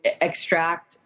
extract